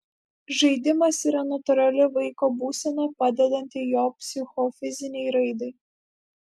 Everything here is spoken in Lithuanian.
žaidimas yra natūrali vaiko būsena padedanti jo psichofizinei raidai